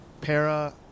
Para